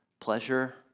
pleasure